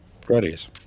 Freddy's